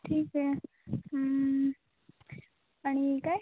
ठीक आहे आणि काय